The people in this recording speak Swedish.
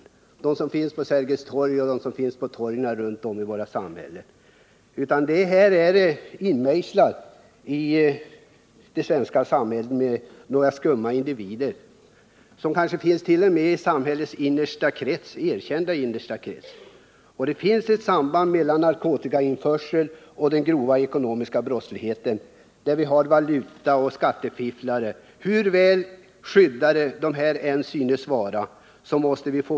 Det här gäller inte dem som finns på Sergels torg och andra torg runt om i vårt samhälle, utan den här brottsligheten är inmejslad i det svenska samhället. Det rör sig om skumma individer, kanske de t.o.m. finns i samhällets erkänt innersta krets. Det finns ett samband mellan ' narkotikainförsel och den grova eko nomiska brottsligheten, där vi har valutaoch skattefifflare. Hur väl skyddade de än synes vara måste vi få.